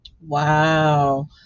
Wow